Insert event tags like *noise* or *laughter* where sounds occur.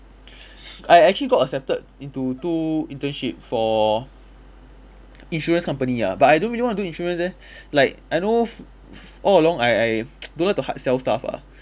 I actually got accepted into two internship for insurance company ah but I don't really want to do insurance eh like I know f~ f~ all along I I *noise* don't like to hard sell stuff ah